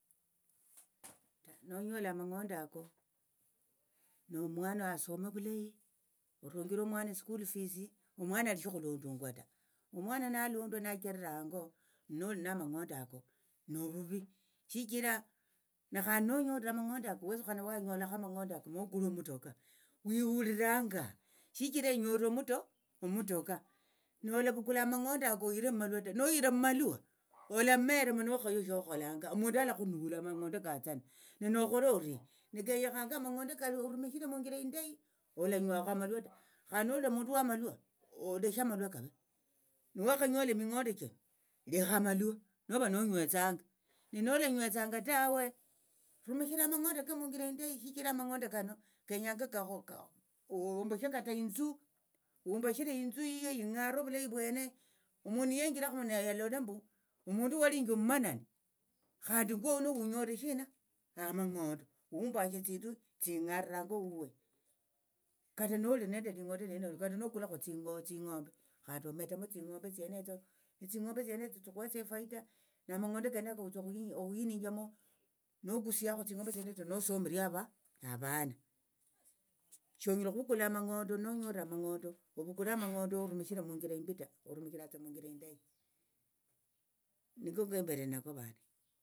ta nonyola amang'ondo ako nomwana asome ovulayi orunjire omwana esikulu fisi omwana aleshe okhulondangwa ta omwana nalondwa nacherera hango noli namang'ondo oko novuvi shichira nekhandi nonyolire amang'ondo wetsukhana wanyolakho amang'ondo ako mokule omutoka wihuliranga shichira enyolere omutoka nolavukula amang'ondo ako oyire mumalwa ta nohira mumalwa olamera mana okhaywe shokholanga omundu alakhunula amang'ondo katsana nenokhole orie nekenyekhanga amang'ondo kalia orumishire munjira indayi olanywakho amalwa ta khandi noli omundu wamalwa oleshe amalwa kave niwakhanyola eming'ondo chino lekha amalwa nova nonywetsanga nenolanywetsanga tawe rumishira amang'ondo koko munjira indayi shichira amang'ondo kano kenyanga wombashe kata inthu humbashire inthu yiyo ingare ovulayi vwene niyenjirakhumu nete alola mbu omundu walinji omumanani khandi ngwoyu hunyolire shina amang'ondo humbashi thinthu tsingare hango huwe kata noli nende ling'ondo lienelo kata nokulakho tsing'ombe khandi ometemo tsing'ombe tsienetso netsing'ombe tsienetso tsikhuhesia efaita namang'ondo kenako witha okhuhininjiamo nokusiakhu tsing'ombe tsienetso nosomiria ava avana shonyala okhuvukula amang'ondo nonyolire amang'ondo ovukule amang'ondo orumishire munjira imbi ta orumishiratsa munjira indayi niko kembere nako vane.